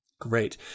Great